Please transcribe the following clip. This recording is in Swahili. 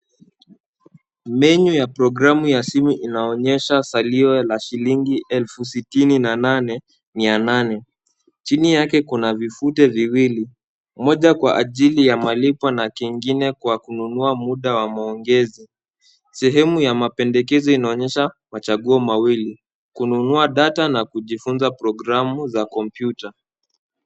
Menu ya programu ya simu inaonyesha salio la shilingi elfu sitini na nane, mia nane. Chini yake kuna vifuto viwili, moja kwa ajili ya malipo na kengine kwa kununua muda wa maongezi. Sehemu ya mapendekezo inaonyesha machaguo mawili, kununua data na kujifunza programu za kompyuta.